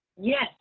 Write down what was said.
yes